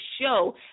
show